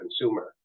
consumer